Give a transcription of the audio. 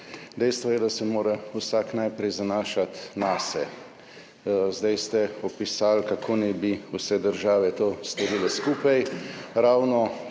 Dejstvo je, da se mora vsak najprej zanašati nase. Zdaj ste opisali, kako naj bi vse države to storile skupaj. Ravno